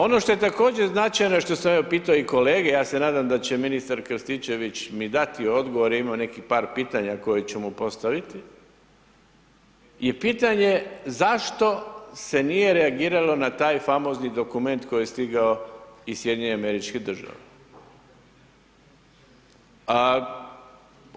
Ono što je također značajno, što sam evo pitao i kolege, ja se nadam da će ministar Krstičević mi dati odgovor, imam nekih par pitanja koje ću mu postaviti, je pitanje zašto se nije reagiralo na taj famozni dokument koji je stigao iz SAD-a?